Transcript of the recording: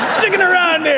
zigging around here!